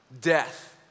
death